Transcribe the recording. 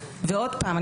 ועוד פעם,